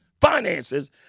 Finances